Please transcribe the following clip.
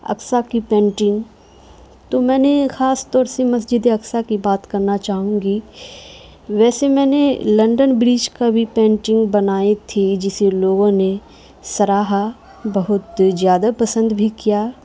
اقصی کی پینٹنگ تو میں نے خاص طور سے مسجد اقصی کی بات کرنا چاہوں گی ویسے میں نے لنڈن برج کا بھی پینٹنگ بنائی تھی جسے لوگوں نے سراہا بہت زیادہ پسند بھی کیا